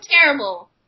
terrible